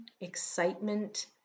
excitement